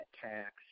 tax